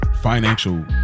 financial